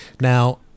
Now